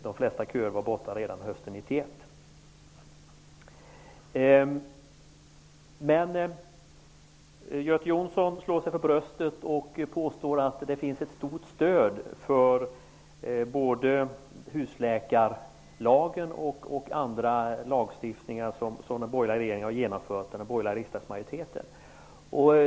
De flesta köer var borta redan hösten Göte Jonsson slår sig för bröstet och påstår att det finns ett stort stöd både för husläkarlagen och andra lagar som regeringen och den borgerliga riksdagsmajoriteten har infört.